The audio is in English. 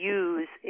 use